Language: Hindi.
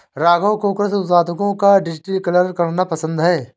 राघव को कृषि उत्पादों का डिजिटलीकरण करना पसंद है